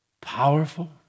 powerful